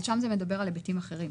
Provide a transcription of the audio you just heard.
שם מדובר על היבטים אחרים.